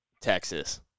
Texas